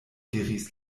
diris